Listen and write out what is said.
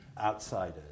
outsiders